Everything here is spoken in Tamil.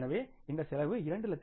எனவே இந்த செலவு 2